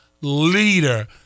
leader